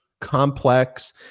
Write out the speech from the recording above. complex